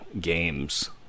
games